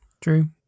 True